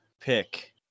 pick